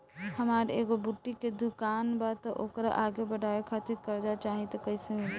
हमार एगो बुटीक के दुकानबा त ओकरा आगे बढ़वे खातिर कर्जा चाहि त कइसे मिली?